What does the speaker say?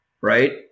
right